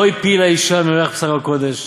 לא הפילה אישה מריח בשר הקודש